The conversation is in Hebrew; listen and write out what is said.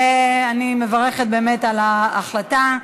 אני מברכת באמת על ההחלטה.